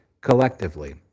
collectively